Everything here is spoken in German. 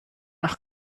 nach